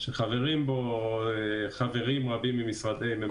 שחברים בו חברים רבים ממשרדי הממשלה.